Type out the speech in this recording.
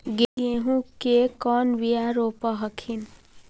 गेहूं के कौन बियाह रोप हखिन?